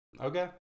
okay